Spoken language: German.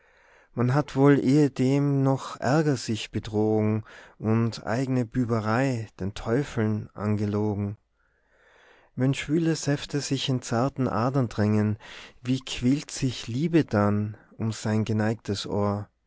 man hat wohl ehedem noch ärger sich betrogen und eigne büberei den teufeln angelogen wenn schwüle säfte sich in zarten adern drängen wie quält sich liebe dann um sein geneigtes ohr